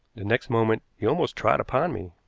the next moment he almost trod upon me.